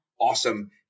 awesome